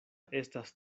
estas